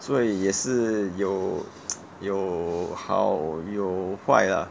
所以也是有 有好有坏 lah